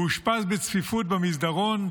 הוא אושפז בצפיפות במסדרון,